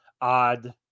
odd